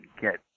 get